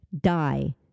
die